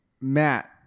Matt